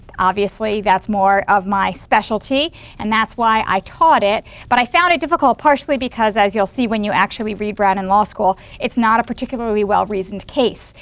obviously that's more of my specialty and that's why i taught it but i found it difficult, partially because, as you'll see when you actually read brown in law school, it's not a particularly well reasoned case.